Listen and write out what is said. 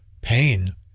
pain